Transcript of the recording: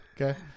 okay